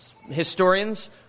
historians